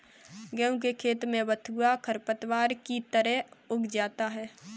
गेहूँ के खेत में बथुआ खरपतवार की तरह उग आता है